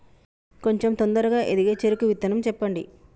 కొంచం తొందరగా ఎదిగే చెరుకు విత్తనం చెప్పండి?